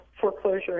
foreclosure